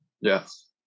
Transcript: Yes